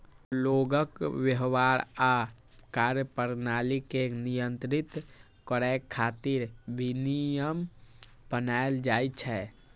लोगक व्यवहार आ कार्यप्रणाली कें नियंत्रित करै खातिर विनियम बनाएल जाइ छै